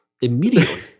immediately